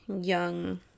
young